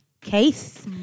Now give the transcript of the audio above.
case